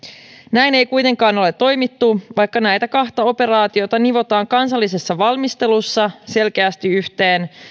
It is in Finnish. näin ei kuitenkaan ole toimittu vaikka näitä kahta operaatiota nivotaan kansallisessa valmistelussa selkeästi yhteen